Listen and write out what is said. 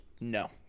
no